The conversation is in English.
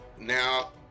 now